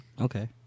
okay